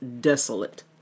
desolate